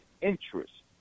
interest